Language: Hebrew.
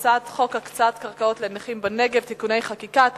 הצעת חוק הקצאת קרקעות לנכים בנגב (תיקוני חקיקה),